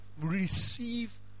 Receive